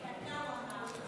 קצר, הוא אמר.